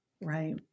right